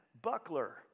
buckler